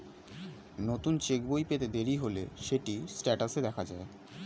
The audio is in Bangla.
নতুন চেক্ বই পেতে দেরি হলে সেটি স্টেটাসে দেখা যায়